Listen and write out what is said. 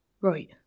Right